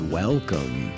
welcome